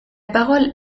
parole